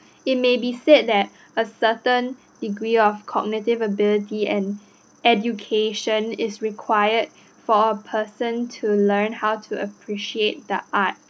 it may be said that a certain degree of cognitive ability and education is required for a person to learn how to appreciate the art